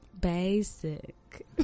Basic